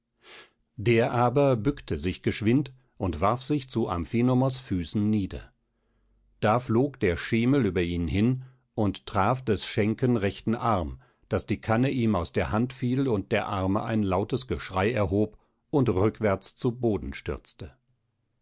der aber bückte sich geschwind und warf sich zu amphinomos füßen nieder da flog der schemel über ihn hin und traf des schenken rechten arm daß die kanne ihm aus der hand fiel und der arme ein lautes geschrei erhob und rückwärts zu boden stürzte